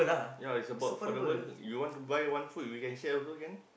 ya it's about for the world you want to buy one food you can share also can